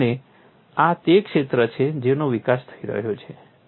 અને આ તે ક્ષેત્ર છે જેનો વિકાસ થઈ રહ્યો છે